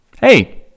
Hey